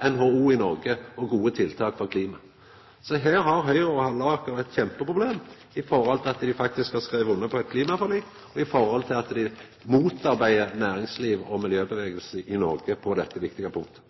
NHO i Noreg og gode tiltak for klima. Så her har Høgre og Halleraker eit kjempeproblem med omsyn til at dei faktisk har skrive under på eit klimaforlik, og med omsyn til at dei motarbeider næringslivet og miljøbevegelsen i Noreg på dette viktige punktet.